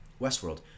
Westworld